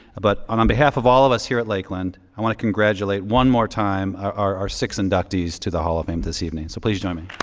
but on on behalf of all of us here at lakeland, i want to congratulate one more time our our six inductees to the hall of fame this evening. so please join me.